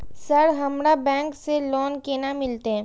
Sir हमरा bank से loan केना मिलते?